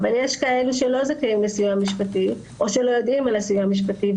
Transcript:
אבל יש כאלה שלא זכאים לסיוע משפטי או שלא יודעים על הסיוע המשפטי,